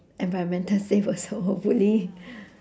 environmental safe also hopefully